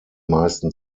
meisten